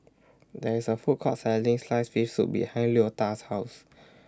There IS A Food Court Selling Sliced Fish Soup behind Leota's House